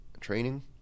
training